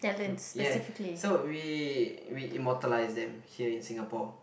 ya so we we immortalise then here in Singapore